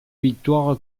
victoire